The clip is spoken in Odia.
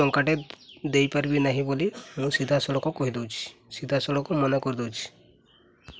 ଟଙ୍କାଟେ ଦେଇପାରିବି ନାହିଁ ବୋଲି ମୁଁ ସିଧାସଳଖ କହିଦେଉଛି ସିଧାସଳଖ ମନା କରିଦେଉଛି